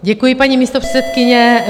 Děkuji, paní místopředsedkyně.